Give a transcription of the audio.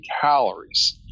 calories